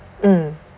mm